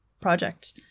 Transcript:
project